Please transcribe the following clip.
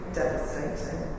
devastating